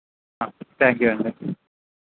thank you అండి